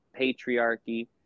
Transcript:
patriarchy